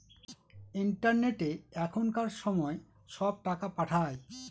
ইন্টারনেটে এখনকার সময় সব টাকা পাঠায়